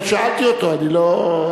אני קובע שהצעת החוק, כפי שנוסחה, לא נתקבלה.